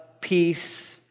peace